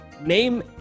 Name